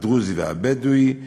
הדרוזי והבדואי,